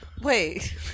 Wait